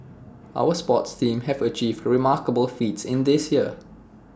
our sports teams have achieved remarkable feats in this year